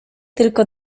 tylko